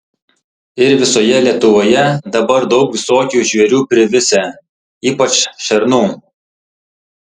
ir visoje lietuvoje dabar daug visokių žvėrių privisę ypač šernų